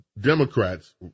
Democrats